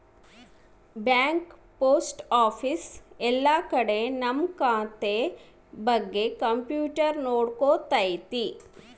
bank post office ಎಲ್ಲ ಕಡೆ ನಮ್ ಖಾತೆ ಬಗ್ಗೆ ಕಂಪ್ಯೂಟರ್ ನೋಡ್ಕೊತೈತಿ